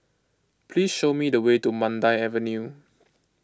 please show me the way to Mandai Avenue